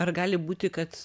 ar gali būti kad